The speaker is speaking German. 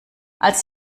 als